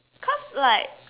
cause like